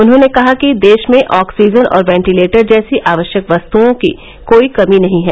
उन्होंने कहा कि देश में ऑक्सीजन और वेंटिलेटर जैसी आवश्यक वस्तुओं की कोई कमी नहीं है